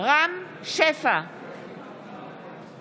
רם שפע, בעד נירה שפק,